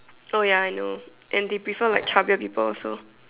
oh ya I know and they prefer like chubbier people also